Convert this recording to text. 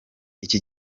iki